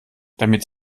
damit